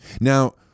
Now